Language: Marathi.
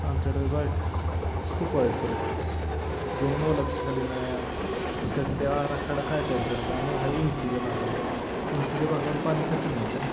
आमच्याकडं वाईट खूप वाईट परिस्थिती जमीन ओलातीखाली नाही हा मग त्यासाठी आराखडा काय तयार करायचा आम्ही हा उंचीच्या भागावर उंचीच्या भागावर पाणी कसं न्यायचं ना